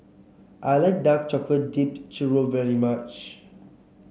I like Dark Chocolate Dipped Churro very much